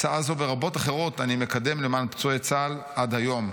הצעה זו ורבות אחרות אני מקדם למען פצועי צה"ל עד היום,